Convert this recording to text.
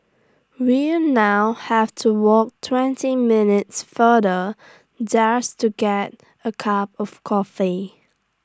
we now have to walk twenty minutes farther just to get A cup of coffee